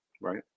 Right